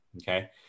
okay